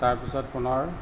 তাৰপিছত পুনৰ